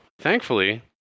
Thankfully